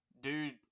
Dude